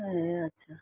ए अच्छा